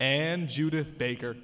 and judyth baker